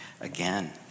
again